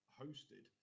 hosted